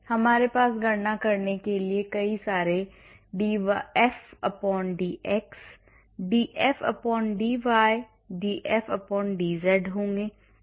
तो हमारे पास गणना करने के लिए कई df dx df dy df dz होंगे